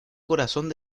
corazón